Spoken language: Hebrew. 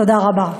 תודה רבה.